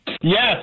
Yes